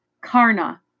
Karna